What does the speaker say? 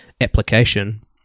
application